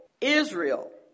Israel